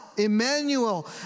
Emmanuel